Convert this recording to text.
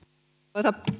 arvoisa